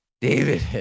David